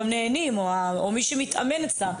או מי שמתאמן אצלך,